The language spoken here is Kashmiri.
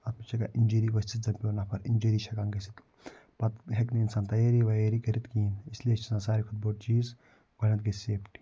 اَتھ منٛز چھِ ہٮ۪کان اِنجٕری ؤسِتھ زَنہٕ پیٚو نفر اِنجٕری چھِ ہٮ۪کان گٔژھِتھ پَتہٕ ہٮ۪کہِ نہٕ اِنسان تیٲری وَیٲری کٔرِتھ کِہیٖنۍ اس لیے چھِ آسان ساروی کھۄتہٕ بٔڑ چیٖز گۄڈٕنٮ۪تھ گٔے سیفٹی